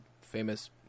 famous